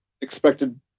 expected